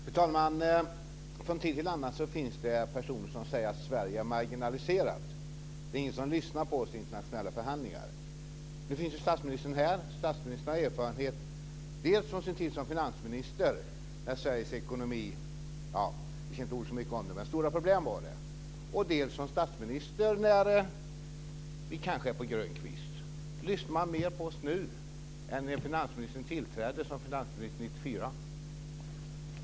Fru talman! Från tid till annan finns det personer som säger att Sverige är marginaliserat och att det inte är någon som lyssnar på oss i internationella förhandlingar. Statsministern har erfarenhet dels från sin tid som finansminister, då det var stora problem med Sveriges ekonomi, dels som statsminister när vi kanske är på grön kvist. Lyssnar man mer på oss nu än när statsministern tillträdde som finansminister 1994?